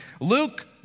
Luke